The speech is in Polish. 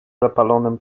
zapalonym